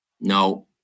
No